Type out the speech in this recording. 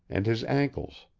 and his ankles.